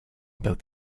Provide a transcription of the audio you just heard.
about